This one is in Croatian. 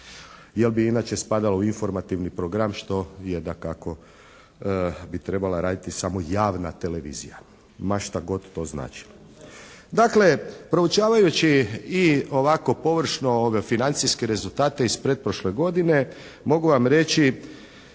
jer bi inače spadao u informativni program što je dakako bi trebala raditi samo javna televizija ma šta god to značilo. Dakle proučavajući i ovako površno ove financijske rezultate iz pretprošle godine, mogu vam reći